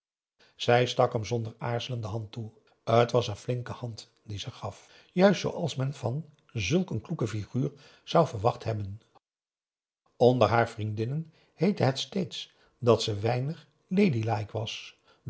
stak hem zonder aarzelen de hand toe het was een flinke hand die ze gaf juist zooals men dat van zulk een kloeke figuur zou verwacht hebben onder haar vriendinnen heette het steeds dat ze weinig ladylike was